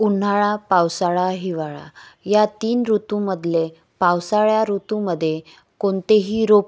उन्हाळा पावसाळा हिवाळा या तीन ऋतूमधले पावसाळ्या ऋतूमध्ये कोणतेही रोप